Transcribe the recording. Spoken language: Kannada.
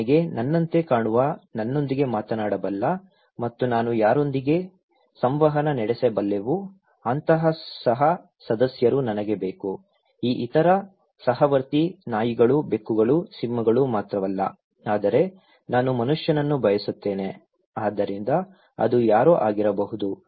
ನನಗೆ ನನ್ನಂತೆ ಕಾಣುವ ನನ್ನೊಂದಿಗೆ ಮಾತನಾಡಬಲ್ಲ ಮತ್ತು ನಾನು ಯಾರೊಂದಿಗೆ ಸಂವಹನ ನಡೆಸಬಲ್ಲೆವೋ ಅಂತಹ ಸಹ ಸದಸ್ಯರು ನನಗೆ ಬೇಕು ಈ ಇತರ ಸಹವರ್ತಿ ನಾಯಿಗಳು ಬೆಕ್ಕುಗಳು ಸಿಂಹಗಳು ಮಾತ್ರವಲ್ಲ ಆದರೆ ನಾನು ಮನುಷ್ಯನನ್ನು ಬಯಸುತ್ತೇನೆ ಆದ್ದರಿಂದ ಅದು ಯಾರೋ ಆಗಿರಬಹುದು